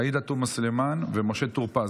עאידה תומא סלימאן ומשה טור פז.